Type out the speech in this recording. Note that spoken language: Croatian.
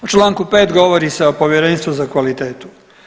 U čl. 5 govori se o Povjerenstvu za kvalitetu.